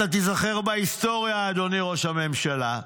אתה תיזכר בהיסטוריה, אדוני ראש הממשלה,